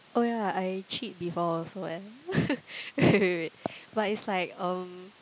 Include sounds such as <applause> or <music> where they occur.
oh yeah I cheat before also eh <laughs> wait wait wait but it's like um